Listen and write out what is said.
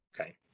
Okay